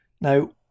Now